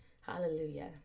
Hallelujah